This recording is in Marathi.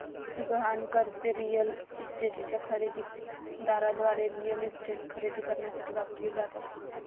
गहाण कर्जे रिअल इस्टेटच्या खरेदी दाराद्वारे रिअल इस्टेट खरेदी करण्यासाठी वापरली जातात